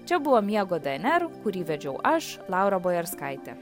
čia buvo miego dnr kurį vedžiau aš laura bojarskaitė